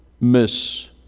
miss